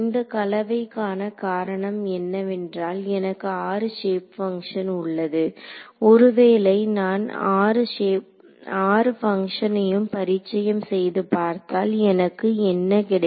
இந்த கலவைக்கு ஆன காரணம் என்னவென்றால் எனக்கு ஆறு ஷேப் பங்க்ஷன் உள்ளது ஒருவேளை நான் ஆறு பங்க்ஷனையும் பரிச்சயம் செய்து பார்த்தால் எனக்கு என்ன கிடைக்கும்